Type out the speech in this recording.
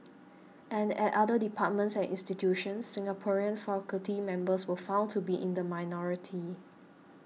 and at other departments and institutions Singaporean faculty members were found to be in the minority